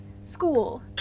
School